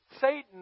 Satan